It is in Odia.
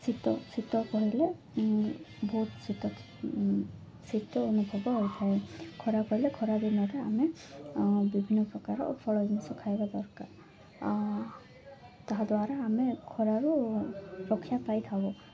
ଶୀତ ଶୀତ କହିଲେ ବହୁତ ଶୀତ ଶୀତ ଅନୁଭବ ହୋଇଥାଏ ଖରା କହିଲେ ଖରା ଦିନରେ ଆମେ ବିଭିନ୍ନ ପ୍ରକାର ଫଳ ଜିନିଷ ଖାଇବା ଦରକାର ତାହାଦ୍ୱାରା ଆମେ ଖରାରୁ ରକ୍ଷା ପାଇଥାଉ